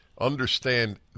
understand